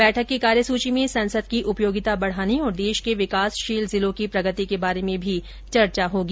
बैठक की कार्यसुची में संसद की उपयोगिता बढ़ाने और देश के विकासशील जिलों की प्रगति के बारे में भी चर्चा होगी